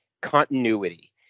continuity